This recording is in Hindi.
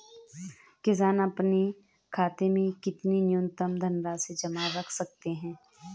किसान अपने खाते में कितनी न्यूनतम धनराशि जमा रख सकते हैं?